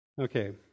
Okay